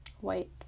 white